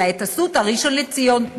אלא את "אסותא" ראשון-לציון,